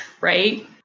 right